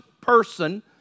person